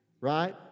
Right